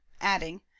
adding